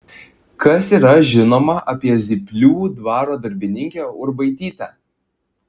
kas yra žinoma apie zyplių dvaro darbininkę urbaitytę